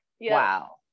wow